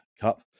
cup